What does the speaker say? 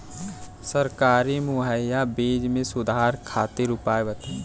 सरकारी मुहैया बीज में सुधार खातिर उपाय बताई?